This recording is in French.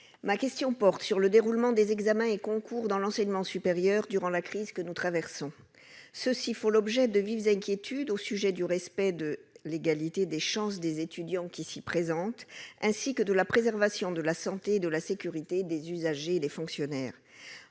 ma question porte sur le déroulement des examens et concours dans l'enseignement supérieur durant la crise que nous traversons. Ceux-ci font l'objet de vives inquiétudes relatives au respect de l'égalité des chances des étudiants qui s'y présentent, ainsi que de la préservation de la santé et de la sécurité des usagers et des fonctionnaires.